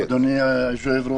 אדוני היושב-ראש,